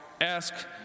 ask